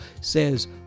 says